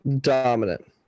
dominant